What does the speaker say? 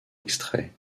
extraits